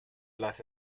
las